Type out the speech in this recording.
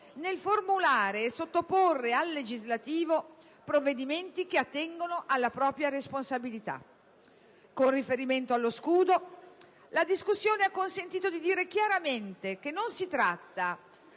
nel formulare e sottoporre al Parlamento provvedimenti che attengono alla propria responsabilità. Con riferimento allo scudo fiscale, la discussione ha consentito di dire chiaramente che non si tratta